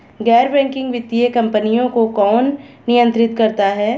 गैर बैंकिंग वित्तीय कंपनियों को कौन नियंत्रित करता है?